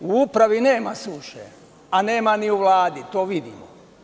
U upravi nema suše, a nema ni u Vladi, to vidimo.